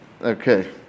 Okay